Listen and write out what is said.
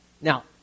Now